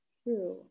true